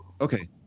Okay